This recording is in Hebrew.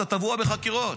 אתה טבוע בחקירות,